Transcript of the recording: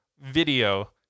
video